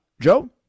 Joe